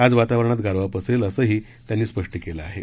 आज वातावरणात गारवा पसरेल असंही त्यांनी स्पष्ट केलं आहे